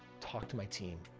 talk to my team,